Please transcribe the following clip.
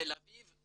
תל אביב.